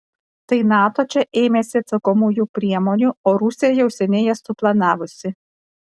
tai nato čia ėmėsi atsakomųjų priemonių o rusija jau seniai jas suplanavusi